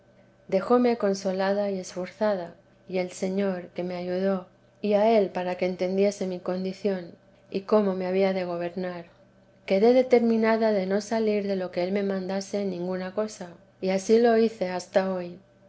dejóme consolada y esforzada y el señor que me ayudó y a él para que entendiese mi condición y cómo me había de gobernar quedé determinada de no salir de lo que él me mandase en ninguna cosa y ansí lo teresa de jesús hice hasta hoy